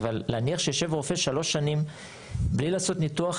אבל להניח שיישב רופא שלוש שנים בלי לעשות ניתוח